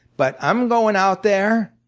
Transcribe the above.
but i'm going out there